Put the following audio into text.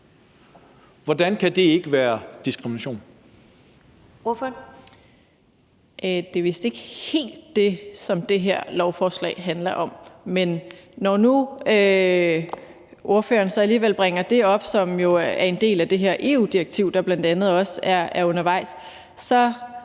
14:58 Samira Nawa (RV): Det er vist ikke helt det, som det her lovforslag handler om. Men når nu ordføreren så alligevel bringer det op, som jo er en del af det her EU-direktiv, der bl.a. også er undervejs, så